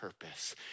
purpose